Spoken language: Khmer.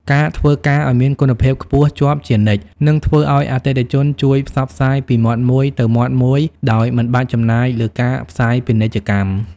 ការធ្វើការងារឱ្យមានគុណភាពខ្ពស់ជាប់ជានិច្ច នឹងធ្វើឱ្យអតិថិជនជួយផ្សព្វផ្សាយពីមាត់មួយទៅមាត់មួយដោយមិនបាច់ចំណាយលើការផ្សាយពាណិជ្ជកម្ម។